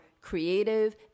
creative